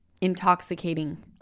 intoxicating